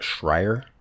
Schreier